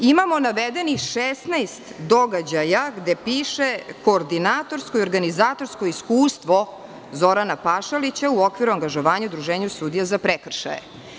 Imamo navedenih 16 događaja, gde piše koordinatorsko i organizatorsko iskustvo Zorana Pašalića u okviru angažovanja u Udruženju sudija za prekršaje.